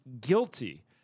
guilty